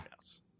Yes